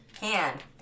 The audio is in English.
Hand